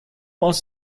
aus